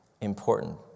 important